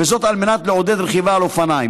וזאת על מנת לעודד רכיבה על אופניים.